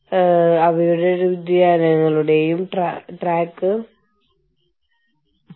അങ്ങനെ ഈ കുറഞ്ഞ പ്രയോജനമുള്ള രാജ്യങ്ങളിൽ തൊഴിലാളികൾക്ക് അമിതമായ സ്ഥാനഭ്രംശ ഭാരങ്ങൾ നിർബന്ധിതമാക്കുന്നു